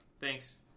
Thanks